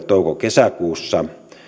touko kesäkuussa